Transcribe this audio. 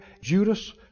Judas